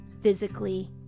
physically